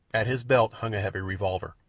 at his belt hung a heavy revolver.